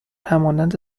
همانند